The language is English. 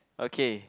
okay